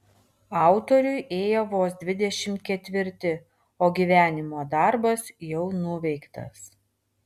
autoriui ėjo vos dvidešimt ketvirti o gyvenimo darbas jau nuveiktas